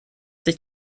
sich